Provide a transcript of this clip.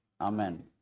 Amen